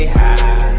high